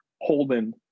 Holden